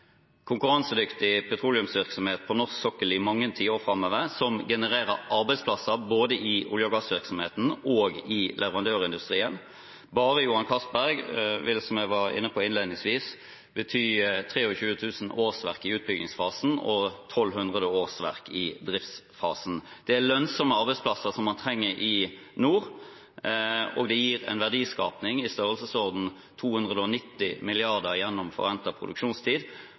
konkurransedyktig petroleumsvirksomhet på norsk sokkel i mange tiår framover, som genererer arbeidsplasser både i olje- og gassvirksomheten og i leverandørindustrien. Bare Johan Castberg vil – som jeg var inne på innledningsvis – bety 23 000 årsverk i utbyggingsfasen og 1 200 årsverk i driftsfasen. Det er lønnsomme arbeidsplasser, som man trenger i nord. Det gir en verdiskaping i størrelsesorden 290 mrd. kr gjennom forventet produksjonstid,